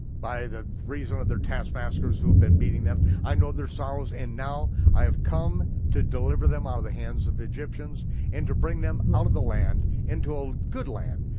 by the reason of their taskmasters who have been beating them, i know their sorrows, and now i have come to deliver them out of the hands of the egyptians and to bring them out of the land into a good land,